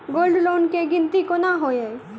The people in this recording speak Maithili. गोल्ड लोन केँ गिनती केना होइ हय?